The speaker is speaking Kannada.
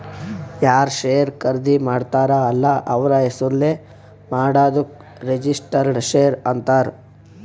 ಯಾರ್ ಶೇರ್ ಖರ್ದಿ ಮಾಡ್ತಾರ ಅಲ್ಲ ಅವ್ರ ಹೆಸುರ್ಲೇ ಮಾಡಾದುಕ್ ರಿಜಿಸ್ಟರ್ಡ್ ಶೇರ್ ಅಂತಾರ್